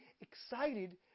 excited